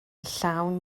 llawn